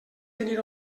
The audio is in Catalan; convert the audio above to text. tenir